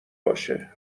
باشه